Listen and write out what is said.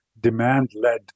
demand-led